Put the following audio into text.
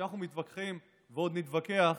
ועוד נתווכח,